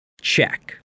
Check